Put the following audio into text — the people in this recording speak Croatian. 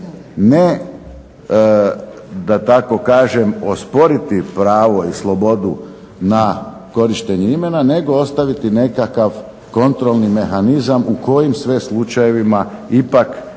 ne, da tako kažem, osporiti pravo i slobodu na korištenje imena nego ostaviti nekakav kontrolni mehanizam u kojim sve slučajevima ipak građanima